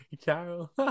Carol